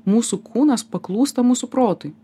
mūsų kūnas paklūsta mūsų protui